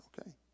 okay